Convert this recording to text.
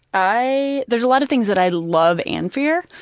i there's a lot of things that i love and fear.